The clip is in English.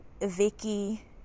Vicky